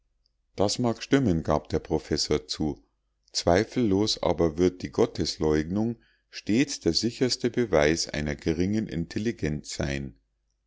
das mag stimmen gab der professor zu zweifellos aber wird die gottesleugnung stets der sicherste beweis einer geringen intelligenz sein